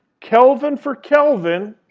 kelvin for kelvin,